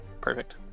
Perfect